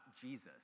Jesus